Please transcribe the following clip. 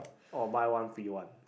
or buy one free one